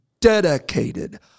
dedicated